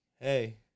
Hey